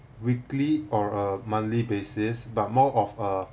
weekly or a monthly basis but more of a